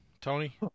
Tony